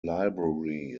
library